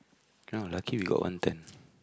you know lucky we got one turn